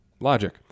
logic